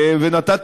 ונתת